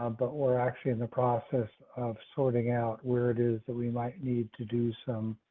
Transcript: um but we're actually in the process of sorting out where it is that we might need to do some.